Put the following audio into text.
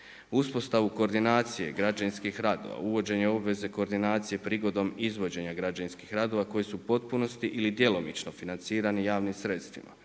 uspostavu koordinacije građevinskih radova, uvođenje obveze koordinacije prigodom izvođenja građevinskih radova koji su u potpunosti ili djelomično financirani javnim sredstvima,